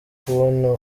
kubona